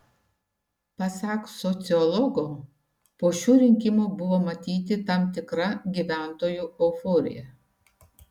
pasak sociologo po šių rinkimų buvo matyti tam tikra gyventojų euforija